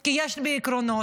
כי יש לי עקרונות,